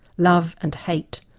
love and hate,